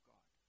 God